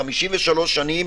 במשך 53 שנים,